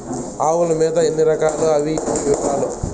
ఆవుల మేత ఎన్ని రకాలు? అవి ఏవి? వివరాలు?